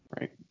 right